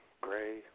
gray